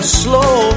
slow